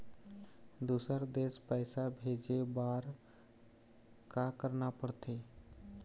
दुसर देश पैसा भेजे बार का करना पड़ते?